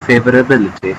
favorability